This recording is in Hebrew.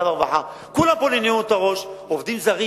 והרווחה כולם נענעו את הראש: עובדים זרים,